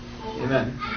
Amen